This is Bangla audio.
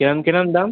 কিরকম কিরকম দাম